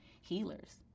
healers